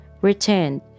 returned